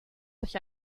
sich